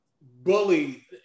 bully